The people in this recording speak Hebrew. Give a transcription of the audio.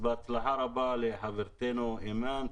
בהצלחה רבה לחברתנו אימאן,